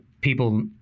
people